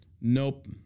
Nope